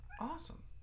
awesome